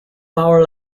power